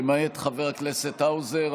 למעט חבר הכנסת האוזר,